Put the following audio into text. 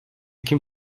kim